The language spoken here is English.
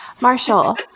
Marshall